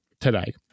today